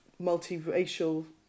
multiracial